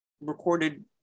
recorded